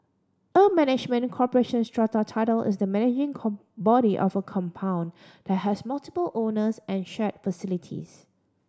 a management corporation strata title is the managing body of a compound that has multiple owners and share facilities